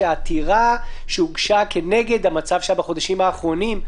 שהעתירה שהוגשה כנגד המצב שהיה בחודשים האחרונים,